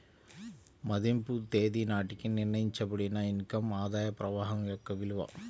మదింపు తేదీ నాటికి నిర్ణయించబడిన ఇన్ కమ్ ఆదాయ ప్రవాహం యొక్క విలువ